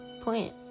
plant